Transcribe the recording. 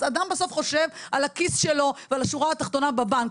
אז אדם בסוף חושב על הכיס שלו ועל השורה התחתונה בבנק,